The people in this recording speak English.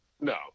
No